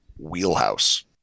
Wheelhouse